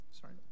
Sorry